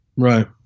Right